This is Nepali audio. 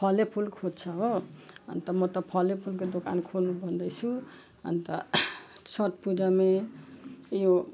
फलफुल खोज्छ हो अन्त म त फलफुलको दोकान खोल्नु भन्दैछु अन्त छटपूजामा यो